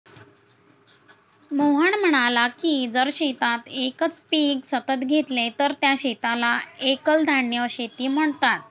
मोहन म्हणाला की जर शेतात एकच पीक सतत घेतले तर त्या शेताला एकल धान्य शेती म्हणतात